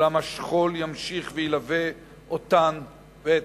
אולם השכול ימשיך וילווה אותן ואת